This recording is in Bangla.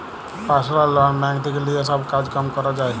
পার্সলাল লন ব্যাঙ্ক থেক্যে লিয়ে সব কাজ কাম ক্যরা যায়